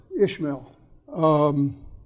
Ishmael